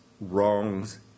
wrongs